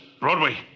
Broadway